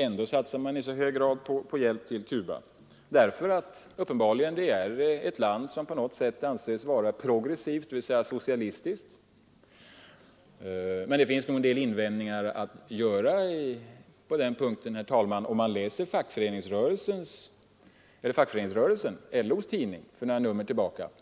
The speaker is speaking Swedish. Ändå satsar man i så hög grad på hjälp till Cuba, uppenbarligen därför att det är ett land som på något sätt anses vara ”progressivt”, dvs. socialistiskt. Men det finns nog en del invändningar att göra på den punkten, herr talman. Om man läser ett av de senare numren av Fackföreningsrörelsen, LO:s tidning, finner